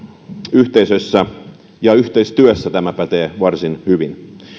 yhteisössä ja yhteistyössä tämä pätee varsin hyvin